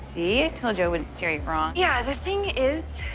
see? i told you i wouldn't steer you wrong. yeah, the thing is.